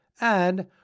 and